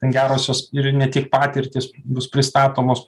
gerosios ir ne tik patirtys bus pristatomos